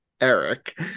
Eric